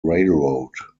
railroad